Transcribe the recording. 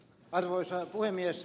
arvoisa puhemies